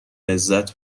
لذت